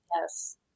yes